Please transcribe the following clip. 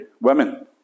women